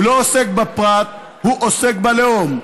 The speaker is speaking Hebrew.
הוא לא עוסק בפרט, הוא עוסק בלאום.